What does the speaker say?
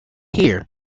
here